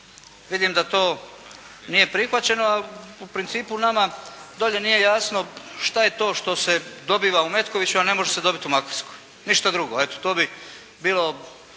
Vidim da to nije prihvaćeno, a u principu nama dolje nije jasno što je to što se dobiva u Metkoviću, a ne može se dobiti u Makarskoj. Ništa drugo, eto to bi bilo